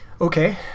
Okay